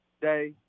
day